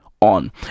on